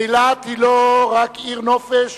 אילת היא לא רק עיר הנופש